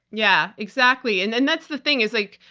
yeah, exactly. and then that's the thing is like,